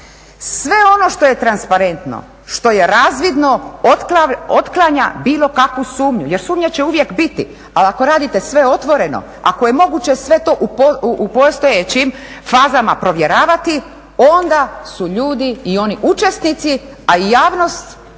Sve ono što je transparentno, što je razvidno otklanja bilo kakvu sumnju, jer sumnje će uvijek biti, ali ako radite sve otvoreno, ako je moguće sve to u postojećim fazama provjeravati onda su ljudi i oni učesnici a i javnost